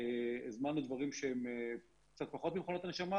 הזמנו דברים שהם קצת פחות ממכונות הנשמה